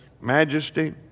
majesty